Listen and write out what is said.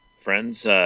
friends